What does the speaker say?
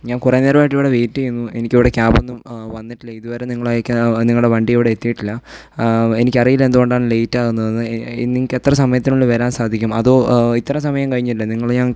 ഞാൻ കുറേ നേരമായിട്ടിവിടെ വെയ്റ്റ് ചെയ്യുന്നു എനിക്കിവിടെ ക്യാബ് ഒന്നും വന്നിട്ടില്ല ഇതുവരെ നിങ്ങൾ അയക്കാൻ നിങ്ങളുടെ വണ്ടി ഇവിടെ എത്തിയിട്ടില്ല എനിക്കറിയില്ല എന്തുകൊണ്ടാണ് ലെയ്റ്റാകുന്നതെന്ന് നിങ്ങൾക്കെത്ര സമയത്തിനുള്ളിൽ വരാൻ സാധിക്കും അതോ ഇത്ര സമയം കഴിഞ്ഞില്ലേ നിങ്ങൾ ഞങ്ങൾക്ക്